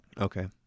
Okay